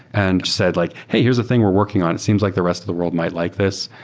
and said like, hey, here's a thing we're working on. it seems like the rest of the world might like this.